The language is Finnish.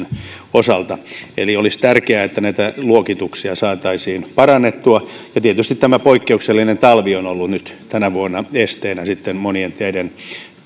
osalta eli olisi tärkeää että näitä luokituksia saataisiin parannettua ja tietysti tämä poikkeuksellinen talvi on ollut nyt tänä vuonna esteenä monien teiden